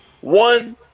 One